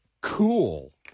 cool